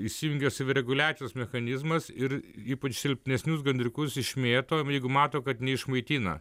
įsijungia savireguliacijos mechanizmas ir ypač silpnesnius gandriukus išmėto jeigu mato kad neišmaitina